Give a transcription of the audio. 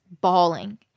bawling